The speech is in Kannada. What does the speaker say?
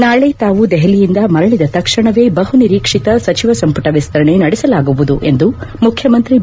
ನಾಳೆ ತಾವು ದೆಹಲಿಯಿಂದ ಮರಳಿದ ತಕ್ಷಣವೇ ಬಹು ನಿರೀಕ್ಷಿತ ಸಚಿವ ಸಂಪುಟ ವಿಸ್ತರಣೆ ನಡೆಸಲಾಗುವುದು ಎಂದು ಮುಖ್ಯಮಂತ್ರಿ ಬಿ